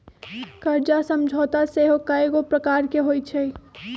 कर्जा समझौता सेहो कयगो प्रकार के होइ छइ